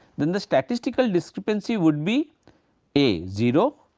then the statistical discrepancy would be a zero,